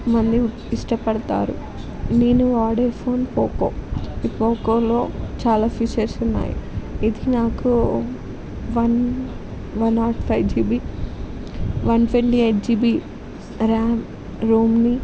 మంది ఇష్టపడతారు నేను వాడే ఫోన్ పోకో ఈ పోకోలో చాలా ఫీచర్స్ ఉన్నాయి ఇది నాకు one one not five GB one twenty eight GB RAM రోమ్ని